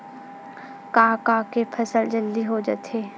का का के फसल जल्दी हो जाथे?